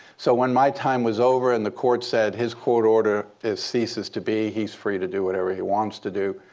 so when my time was over, and the court said his court order ceases to be, he's free to do whatever he wants to do,